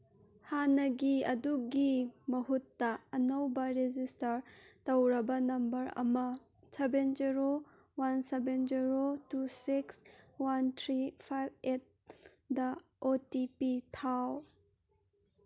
ꯍꯥꯟꯅꯒꯤ ꯑꯗꯨꯒꯤ ꯃꯍꯨꯠꯇ ꯑꯅꯧꯕ ꯔꯦꯖꯤꯁꯇꯥꯔ ꯇꯧꯔꯕ ꯅꯝꯕꯔ ꯑꯃ seven zero one seven zero two six one three five eight O T P ꯊꯥꯎ